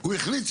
הוא החליט,